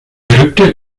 rückte